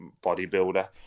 bodybuilder